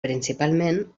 principalment